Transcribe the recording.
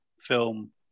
film